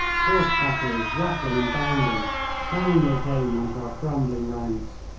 horse batteries rattling and bounding down they came on to our crumbling ranks.